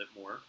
more